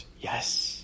Yes